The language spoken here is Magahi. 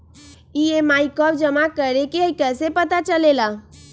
ई.एम.आई कव जमा करेके हई कैसे पता चलेला?